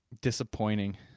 Disappointing